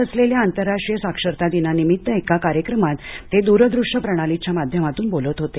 आज असलेल्या आंतरराष्ट्रीय साक्षरता दिनानिमित्त ते एका कार्यक्रमात दूरदृष्य प्रणालीच्या माध्यमातून बोलत होते